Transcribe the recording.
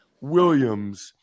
Williams